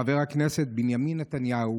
חבר הכנסת בנימין נתניהו,